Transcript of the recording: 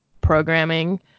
programming